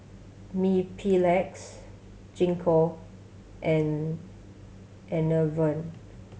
Mepilex Gingko and Enervon